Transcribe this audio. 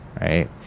Right